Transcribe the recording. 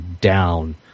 down